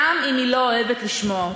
גם אם היא לא אוהבת לשמוע אותה.